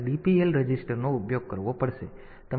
તેથી તમારે DPL રજિસ્ટરનો ઉપયોગ કરવો પડશે